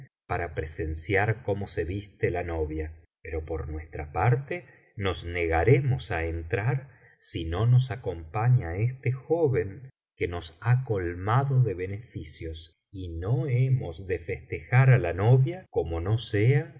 visie nureddin cómo se viste la novia pero por nuestra parte nos negaremos á entrar si no nos acompaña este joven que nos ha colmado de beneficios y no hemos de festejar á la novia como no sea